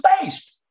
based